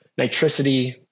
Nitricity